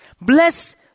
Bless